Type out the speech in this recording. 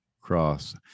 cross